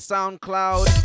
SoundCloud